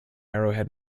arrowhead